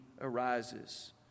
arises